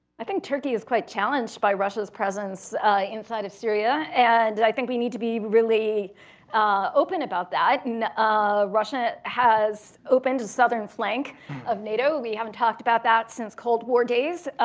i think turkey is quite challenged by russias presence inside of syria. and i think we need to be really open about that. and ah russia has opened the southern flank of nato. we havent talked about that since cold war days.